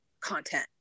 content